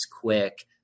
quick